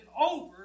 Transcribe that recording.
over